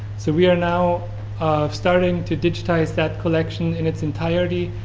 so we are now um starting to digitize that collection in its entirety.